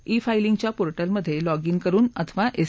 इ फायलींगच्या पोर्टलमधे log in करुन अथवा एस